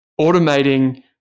automating